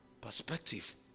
perspective